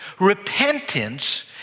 Repentance